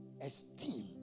Esteem